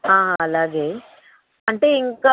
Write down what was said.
అలాగే అంటే ఇంకా